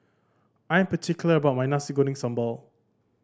I am particular about my Nasi Goreng Sambal